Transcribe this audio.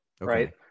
right